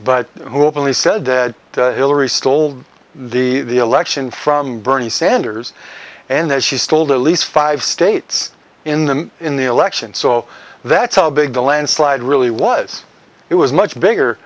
but who openly said that hillary stole the election from bernie sanders and that she sold at least five states in the in the election so that's how big the landslide really was it was much bigger